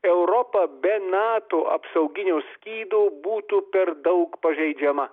europa be nato apsauginio skydo būtų per daug pažeidžiama